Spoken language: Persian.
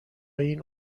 این